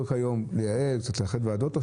קצת לאחד ועדות,